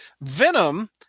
Venom